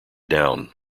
down